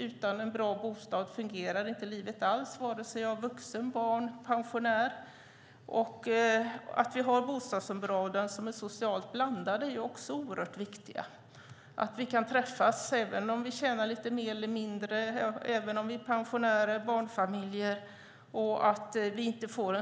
Om jag inte har en bra bostad fungerar inte livet alls, vare sig jag är vuxen, barn eller pensionär. Att vi har bostadsområden som är socialt blandade är också oerhört viktigt. Vi ska kunna träffas både om vi tjänar lite mer och om vi tjänar lite mindre, både om vi är pensionärer och barnfamiljer, så att vi inte får